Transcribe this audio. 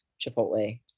Chipotle